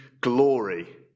glory